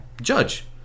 judge